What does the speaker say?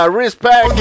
respect